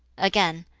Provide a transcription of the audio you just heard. again,